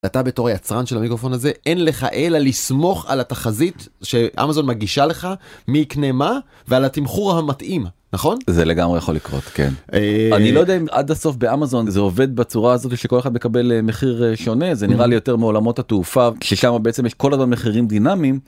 אתה בתור יצרן של המיקרופון הזה אין לך אלא לסמוך על התחזית שאמזון מגישה לך מי יקנה מה ועל התמחור המתאים נכון זה לגמרי יכול לקרות כן אני לא יודע אם עד הסוף באמזון זה עובד בצורה הזאתי שכל אחד מקבל מחיר שונה זה נראה לי יותר מעולמות התעופה ששמה בעצם יש כל הזמן מחירים דינאמיים.